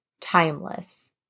timeless